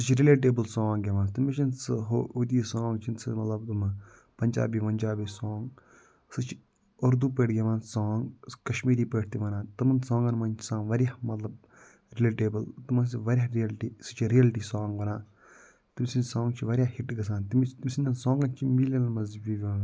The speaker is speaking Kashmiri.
سُہ چھِ رٔلیٹیبُل سانٛگ گٮ۪وان تٔمِس چھِنہٕ سٔہ ہُہ ہُتہِ یہِ سانٛگ چھِنہٕ سُہ مطلب تٔمہٕ پنجابی وَنجابی سانٛگ سُہ چھِ اُردُو پٲٹھۍ گٮ۪وان سانٛگ کَشمیٖری پٲٹھۍ تہِ وَنان تمَن سانٛگَن منٛز چھِ آسان واریاہ مطلب رٔلیٹیبُل تمَن چھِ سُہ واریاہ ریلٹی سُہ چھِ ریلٹی سانٛگ وَنان تٔمۍ سٔنٛدۍ سانٛگ چھِ واریاہ ہِٹ گژھان تٔمِس چھِ تٔمۍ سٔنٛدیٚن سانٛگَن چھِ مِلیَنَن منٛز وِو یِوان